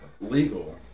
legal